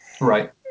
Right